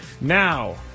Now